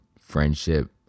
friendship